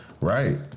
Right